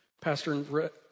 Pastor